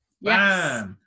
Yes